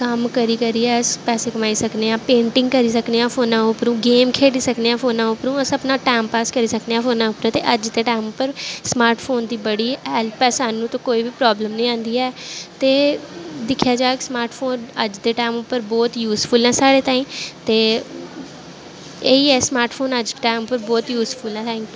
कम्म करी करियै अस पैसे कमाई सकने आं पेंटिंग करी सकने आं फोनै उप्परों गेम खेढी सकने आं फोनै उप्परों अस अपना टैम पास करी सकने आं फोनै उप्परों ते अज्ज दे टैम उप्पर स्मार्ट फोन दी बड़ी हैल्प ऐ सानूं ते कोई बी प्राब्लम निं आंदी ऐ ते दिक्खेआ जाह्ग स्मार्ट फोन अज्ज दे टैम उप्पर बोह्त यूजफुल्ल ऐ साढ़े ताईं ते एह् ही ऐ स्मार्ट फोन अज्ज टाइम पर बोह्त यूज़फुल्ल ऐ थैंक्यू